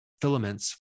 filaments